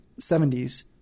70s